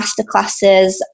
masterclasses